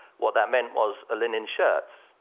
what that meant was a linen shirt,